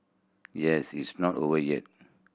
yes it's not over yet